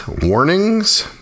warnings